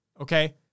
Okay